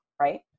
right